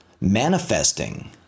manifesting